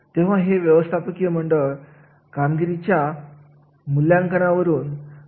जेव्हा आपण वैद्यकीय क्षेत्रामध्ये पाहतोतिथे वैद्य यांचे कार्य महत्त्वाचे ठरते